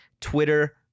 twitter